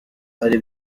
ari